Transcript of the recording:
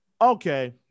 okay